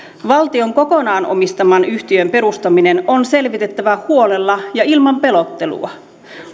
valtion kokonaan omistaman yhtiön perustaminen on selvitettävä huolella ja ilman pelottelua